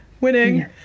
winning